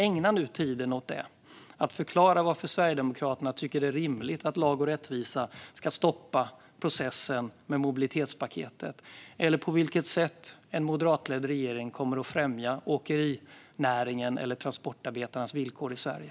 Ägna nu tiden åt att förklara varför Sverigedemokraterna tycker att det är rimligt att Lag och rättvisa ska stoppa processen med mobilitetspaketet, eller på vilket sätt en moderatledd regering kommer att främja åkerinäringen eller transportarbetarnas villkor i Sverige.